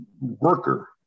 worker